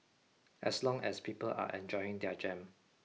as long as people are enjoying their jam